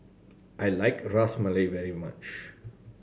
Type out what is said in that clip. I like Ras Malai very much